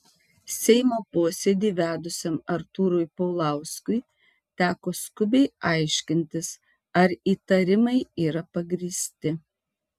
seimo posėdį vedusiam artūrui paulauskui teko skubiai aiškintis ar įtarimai yra pagrįsti